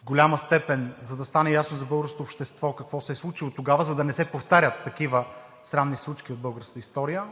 в голяма степен, за да стане ясно за българското общество какво се е случило тогава, за да не се повтарят такива срамни случки от българската история,